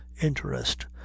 interest